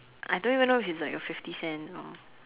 I don't even know if it's like a fifty cent or